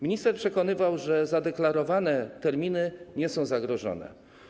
Minister przekonywał, że zadeklarowane terminy nie są zagrożone.